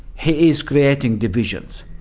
he is creating divisions.